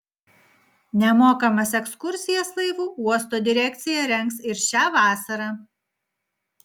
nemokamas ekskursijas laivu uosto direkcija rengs ir šią vasarą